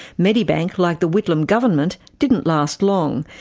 medibank, like the whitlam government, didn't last long,